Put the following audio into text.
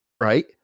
right